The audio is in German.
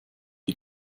die